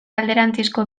alderantzizko